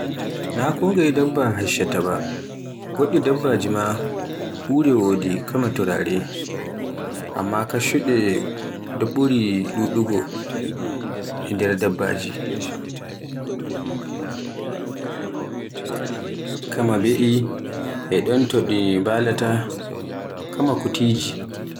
na kongaye dabba kashshata ba, goɗɗi dabbaji ma ure wodi kama turare. amma kashshuɗe ɓuri ɗuɗugo e nder dabbaji kaama be'i e ɗon to ɗi mɓalaata, kama kutiiji.